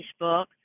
Facebook